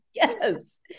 Yes